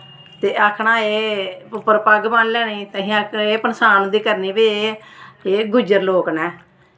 ते आखना एह् उप्पर पग्ग बन्नी लैनी ते असें पंछान उं'दी करनी भाई एह् एह् गुज्जर लोक न